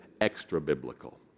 extra-biblical